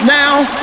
now